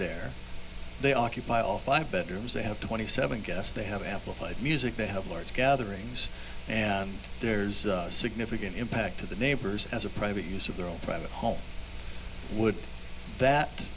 there they occupy all five bedrooms they have twenty seven guess they have amplified music they have large gatherings and there's significant impact to the neighbors as a private use of their own private home would that